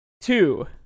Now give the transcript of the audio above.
two